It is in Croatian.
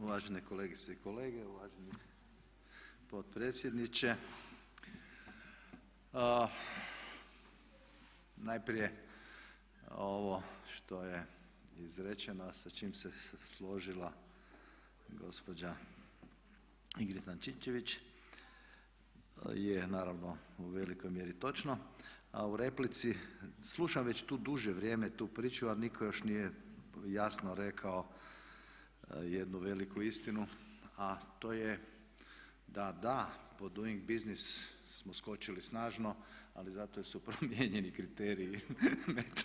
Uvažene kolegice i kolege, uvaženi potpredsjedniče najprije ovo što je izrečeno a sa čim se složila gospođa Ingrid Antičević je naravno u velikoj mjeri točno, a u replici, slušam već tu duže vrijeme tu priču ali nitko još nije jasno rekao jednu veliku istinu a to je da pod Doing Business smo skočili snažno, ali zato jer su promijenjeni kriteriji metodologije.